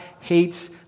hates